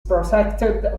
protected